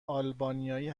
آلبانیایی